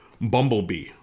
Bumblebee